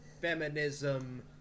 feminism